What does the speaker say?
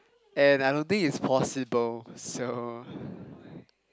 and I don't think is possible so